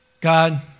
God